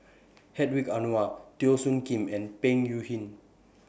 Hedwig Anuar Teo Soon Kim and Peng Yuyun